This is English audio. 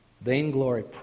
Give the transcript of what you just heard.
Vainglory